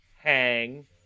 hang